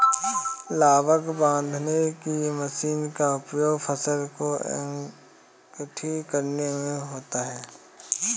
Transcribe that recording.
लावक बांधने की मशीन का उपयोग फसल को एकठी करने में होता है